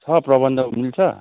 छ प्रबन्ध मिल्छ